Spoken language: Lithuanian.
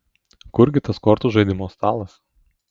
kur gi tas kortų žaidimo stalas